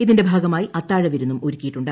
ഇതിന്റെ ഭാഗമായി അത്താഴവിരുന്നും ഒരുക്കിയിട്ടുണ്ട്